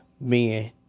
men